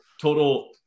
total